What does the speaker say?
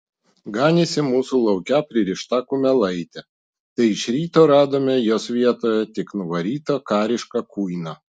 ganėsi mūsų lauke pririšta kumelaitė tai iš ryto radome jos vietoje tik nuvarytą karišką kuiną